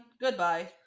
Goodbye